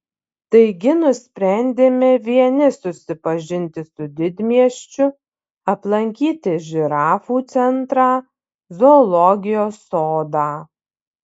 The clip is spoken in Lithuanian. taigi nusprendėme vieni susipažinti su didmiesčiu aplankyti žirafų centrą zoologijos sodą